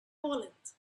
wallet